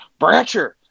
brancher